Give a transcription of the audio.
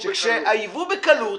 הייבוא בקלות.